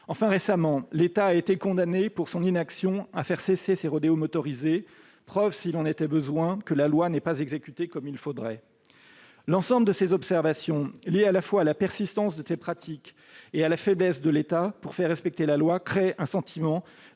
Enfin, récemment, l'État a été condamné pour son inaction à faire cesser ces rodéos motorisés, preuve, s'il en était besoin, que la loi n'est pas exécutée comme il le faudrait. L'ensemble de ces observations, liées tant à la persistance de ces pratiques qu'à la faiblesse de l'État là où il s'agit de faire respecter la loi, crée un sentiment